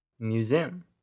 Museum